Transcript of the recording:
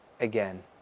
again